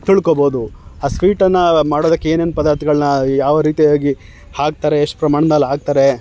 ತಿಳ್ಕೊಬೋದು ಆ ಸ್ವೀಟನ್ನು ಮಾಡೋದಕ್ಕೆ ಏನೇನು ಪದಾರ್ಥಗಳ್ನ ಯಾವ ರೀತಿಯಾಗಿ ಹಾಕ್ತಾರೆ ಎಷ್ಟು ಪ್ರಮಾಣ್ದಲ್ಲಿ ಹಾಕ್ತಾರೆ